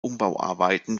umbauarbeiten